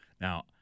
Now